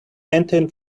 maintain